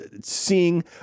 seeing